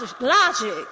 logic